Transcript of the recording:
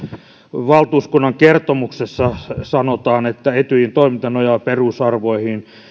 valtuuskunnan kertomuksessa sanotaan että etyjin toiminta nojaa perusarvoihin